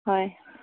হয়